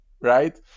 right